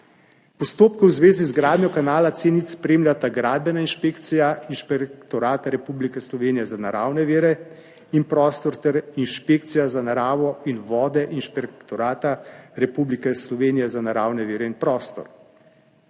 Postopke v zvezi z gradnjo kanala C0 spremljata Gradbena inšpekcija Inšpektorata Republike Slovenije za naravne vire in prostor ter inšpekcija za naravo in vode Inšpektorata Republike Slovenije za naravne vire in prostor.